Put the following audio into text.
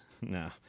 No